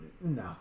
No